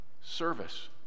Service